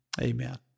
Amen